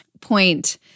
point